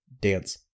dance